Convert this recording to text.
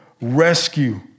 rescue